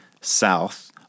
south